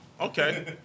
Okay